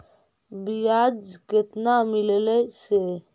बियाज केतना मिललय से?